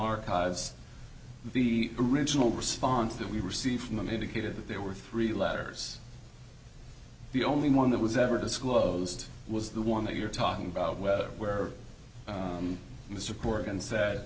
archives the original response that we received from them indicated that there were three letters the only one that was ever disclosed was the one that you're talking about whether where the support